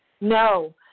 No